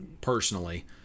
personally